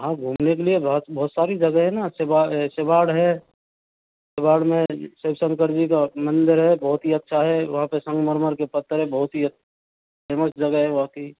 हाँ घूमने के लिए बहुत बहुत सारी जगह है ना शिवाड़ है शिवाड़ में शिव शंकर जी का मंदिर है बहुत ही अच्छा है वहा पे संगमरमर के पत्थर है बहुत ही फेमस जगह है वाकई